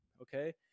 Okay